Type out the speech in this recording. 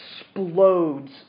explodes